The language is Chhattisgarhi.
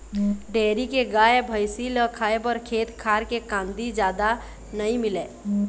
डेयरी के गाय, भइसी ल खाए बर खेत खार के कांदी जादा नइ मिलय